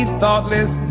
thoughtless